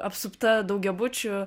apsupta daugiabučių